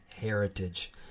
heritage